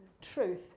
Truth